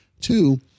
Two